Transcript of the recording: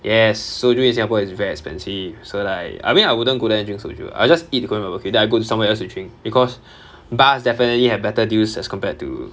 yes soju in singapore is very expensive so like I mean I wouldn't go there and drink soju ah I just eat the korean barbecue then I go to somewhere else to drink because bars definitely have better deals as compared to